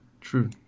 True